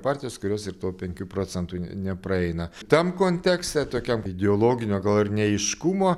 partijos kurios ir to penkių procentų ne nepraeina tam kontekste tokiam ideologinio gal ir neaiškumo